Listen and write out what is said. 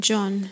John